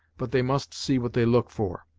but they must see what they look for.